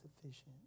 sufficient